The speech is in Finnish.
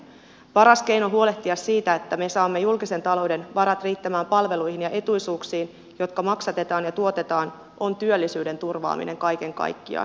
paras keino huolehtia siitä että me saamme julkisen talouden varat riittämään palveluihin ja etuisuuksiin jotka maksatetaan ja tuotetaan on työllisyyden turvaaminen kaiken kaikkiaan